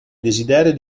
desiderio